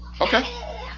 okay